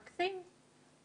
מקסים.